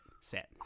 set